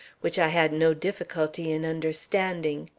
which i had no difficulty in understanding.